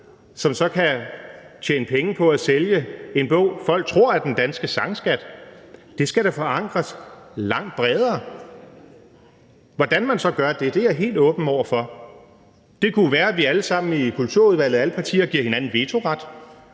som så kan tjene penge på at sælge en bog, folk tror er den danske sangskat. Det skal da forankres langt bredere. Hvordan man så gør det, er jeg helt åben over for. Det kunne være, at vi alle sammen i Kulturudvalget, alle partier, giver hinanden vetoret.